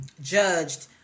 judged